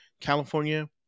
California